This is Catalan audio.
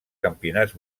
campionats